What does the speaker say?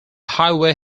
highway